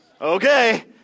Okay